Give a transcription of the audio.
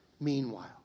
Meanwhile